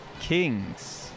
Kings